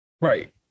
Right